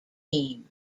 team